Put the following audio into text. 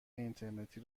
اینترنتی